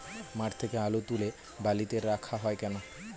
মাঠ থেকে আলু তুলে বালিতে রাখা হয় কেন?